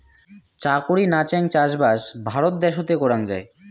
চাকুরি নাচেঙ চাষবাস ভারত দ্যাশোতে করাং যাই